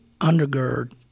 undergird